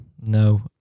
no